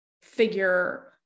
figure